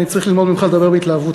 אני צריך ללמוד ממך לדבר בהתלהבות,